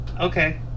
Okay